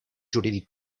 jurídic